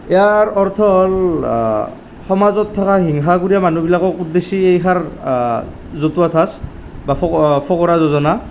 ইয়াৰ অৰ্থ হ'ল সমাজত থকা হিংসাকুৰীয়া মানুহবিলাকক উদ্দ্যশে এইষাৰ জতুৱা ঠাঁচ বা ফক ফকৰা যোজনা